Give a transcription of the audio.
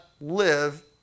live